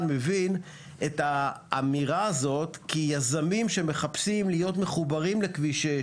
מבין את האמירה הזאת כי יזמים שמחפשים להיות מחוברים לכביש 6,